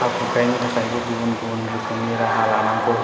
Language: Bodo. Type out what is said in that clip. हा खुरखायिनि थाखायबो गुबुन गुबुन राहा लानांगौ